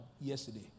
Yesterday